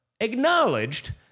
acknowledged